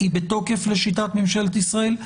היא בתוקף לשיטת ממשלת ישראל?